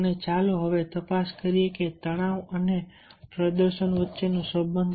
અને ચાલો હવે તપાસ કરીએ તણાવ અને પ્રદર્શન વચ્ચેનો સંબંધ